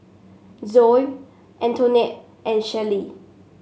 Zoa Antoinette and Shelley